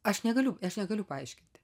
aš negaliu aš negaliu paaiškinti